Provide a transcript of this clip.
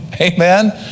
Amen